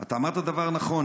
אתה אמרת דבר נכון,